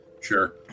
sure